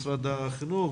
משרד החינוך,